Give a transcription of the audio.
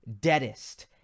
deadest